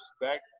respect